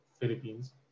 Philippines